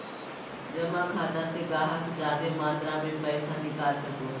जमा खाता से गाहक जादे मात्रा मे पैसा निकाल सको हय